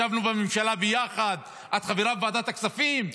ישבנו בממשלה ביחד, את חברה בוועדת הכספים.